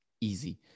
easy